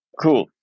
Cool